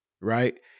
right